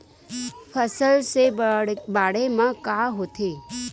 फसल से बाढ़े म का होथे?